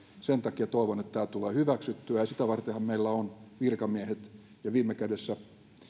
sen takia toivon että tämä tulee hyväksyttyä ja sitä vartenhan meillä on virkamiehet ja viime kädessä